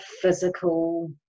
physical